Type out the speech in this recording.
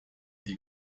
die